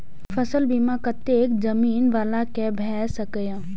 फसल बीमा कतेक जमीन वाला के भ सकेया?